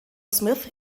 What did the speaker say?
smith